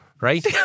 Right